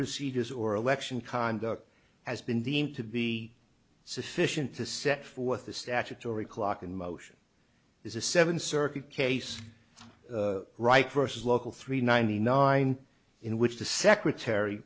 procedures or election conduct has been deemed to be sufficient to set forth the statutory clock in motion is a seven circuit case right versus local three ninety nine in which the secretary